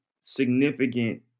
significant